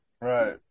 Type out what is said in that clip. Right